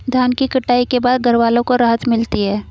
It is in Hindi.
धान की कटाई के बाद घरवालों को राहत मिलती है